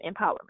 empowerment